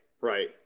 right